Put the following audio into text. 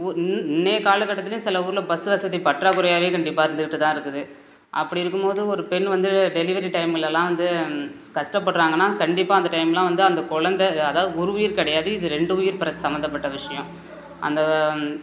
ஊ இன் இன்றைய காலகட்டத்துலேயும் சில ஊரில் பஸ் வசதி பற்றாக்குறையாகவே கண்டிப்பாக இருந்துகிட்டு தான் இருக்குது அப்படி இருக்கும்போதும் ஒரு பெண் வந்து டெலிவரி டைம்லயெலாம் வந்து கஷ்டப்படுறாங்கன்னா கண்டிப்பாக அந்த டைமெலாம் வந்து அந்த குழந்த அதாவது ஒரு உயிர் கிடையாது இது ரெண்டு உயிர் பிற சம்மந்தப்பட்ட விஷயம் அந்த